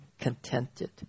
contented